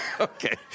Okay